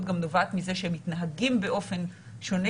גם נובעת מזה שהם מתנהגים באופן שונה.